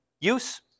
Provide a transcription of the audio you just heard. use